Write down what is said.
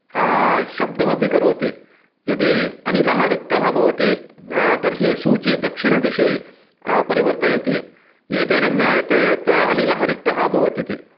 शब्दमपि करोति यदि अनिलः रिक्तः भवति तर्हि सूची दक्षिणदिशि परिवर्तयति एतेन ज्ञायते यत् अनिलः रिक्तः अभवत् इति